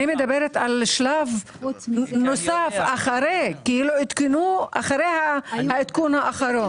אני מדברת על שלב נוסף אחרי, על העדכון האחרון.